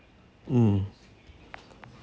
mm